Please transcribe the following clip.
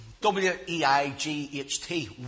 W-E-I-G-H-T